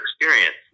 experience